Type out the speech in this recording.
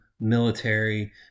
military